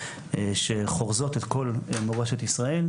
שחורזות את כל מורשת ישראל,